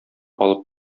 алып